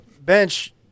bench